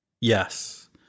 Yes